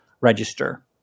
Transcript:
register